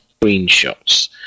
screenshots